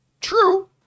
true